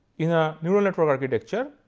in a neural network architecture,